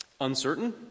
uncertain